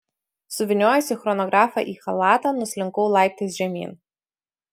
suvyniojusi chronografą į chalatą nuslinkau laiptais žemyn